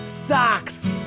Socks